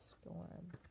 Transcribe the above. storm